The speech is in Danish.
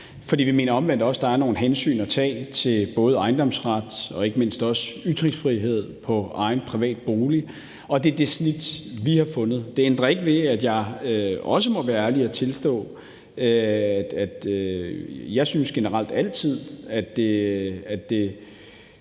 for vi mener omvendt også, at der er nogle hensyn at tage til både ejendomsret og ikke mindst også til ytringsfrihed i forhold til egen privat bolig, og det er det snit, vi har fundet. Det ændrer ikke ved, at jeg også må være ærlig og tilstå, at jeg generelt altid synes,